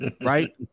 right